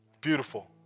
beautiful